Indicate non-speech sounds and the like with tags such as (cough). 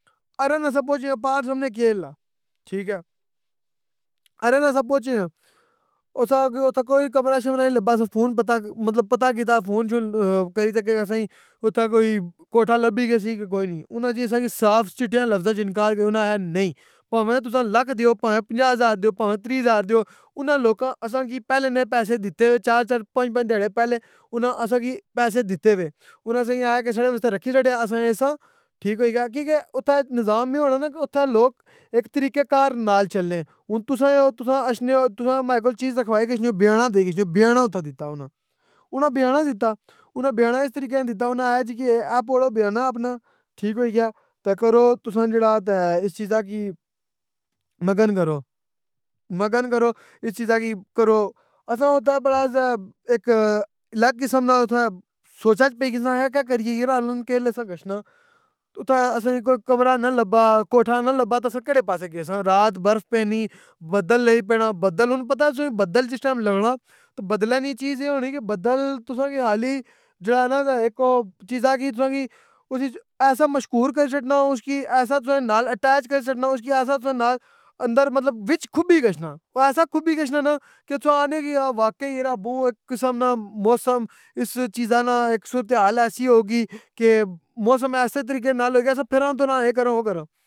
ٹھیک ہے عاری نے سے پوچھ اُساں اتھے کوئی کمرہ شمرا کوئی نئی لبھا اسی فون پتہ مطلب پتہ کیتا فون شون (unintelligible) اتے کوئی کوٹھا لبھی گئی سی یا کی کوئی نئی اُنا جی آسان کی صاف چٹیاں لفظاں چھ انکار کی اُنا اکھیا نئی ، پاویں تُسان لکھ دیو پاویں پنجا ہزار دیو پاویں تری ہزار دیو اُنا لُوکاں اساں کی پہلے نے پیسے دتّے ہوئے نے چار چار پنج پنج دہاڑے پہلے اُنّا آسان کی پیسے دتّے ہوئے ، اُنا اساں کی اکھیہ کہ اے ساڈے واسطے رکھی چڈیو (unintelligible) کیوں کی اتھاں اک نظام اے اُنا دا کی اتتھان لوگ اک طریقے کار نال چلنے، ہون تُساں او تُسان اچنے او تُساں مئی کول چیز رکھوائی گچھنے او بیانا دے کے جاؤ ، بیانا اتھے دتا اُنا، اُنا بیانا دِتّا ،اُنّا بیانہ اس طریقے نال دِتّا اُنا اے جی کہ اے پکڑو بیانا اپنا ٹھیک ہوئی گیا تے کرو توساں جّیرڑا تے اس چیز دا (unintelligible) کرو (unintelligible) کرو اس طرح کی کرو اساں اُتاں اپنا اک الگ قسم نا اتھاں سوچاں چہ پئی گئے آں اے کی کرییے یارا (unintelligible) > اُساں اساں کی کوئی کمرہ نا لبھا کوٹھا نا لبھا تے اساں کہڑے پاسے گیساں رات برف پینی ،بادل لئی پینا بادل ہن پتا توساں کی بادل جس ٹائم لہورنا طے بدلاں نی چیز اے ہونی کے بادل توسااں کی حالی جہرا نا ایک او چیز آگئی توساں کی اُس اِچ ایسا مشکور کری چھڈنا، اس کی ایسا توساں نے نال اٹیچ کری چھڈنا ، اس کی ایسا تُسا نال اندر مطلب وچ کھوبی غچنا، اور ایسا خوبی غچنا نا کی تُساں انائی کی واقعی نا باؤں ایک قسم نا موسم اس چیزاں نا -صوراتحال ایسی ہو گئی کے موسم ایسے طریقے نآل ہو گئی پھراں ٹوراں اے کراں یا او کراں